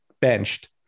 benched